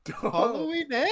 Halloween